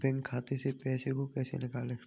Bank खाते से पैसे को कैसे निकालें?